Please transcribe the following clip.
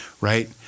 right